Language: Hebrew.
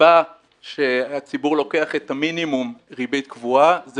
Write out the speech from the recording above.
הסיבה שהציבור לוקח את המינימום ריבית קבועה זה